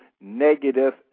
negative